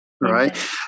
right